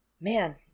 man